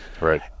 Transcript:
Right